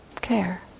care